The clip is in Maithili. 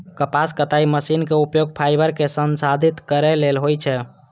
कपास कताइ मशीनक उपयोग फाइबर कें संसाधित करै लेल होइ छै